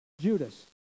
Judas